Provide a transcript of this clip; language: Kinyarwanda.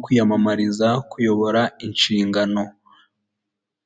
nicyo gikorwa cyakozwe.